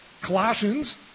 Colossians